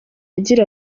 agira